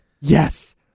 Yes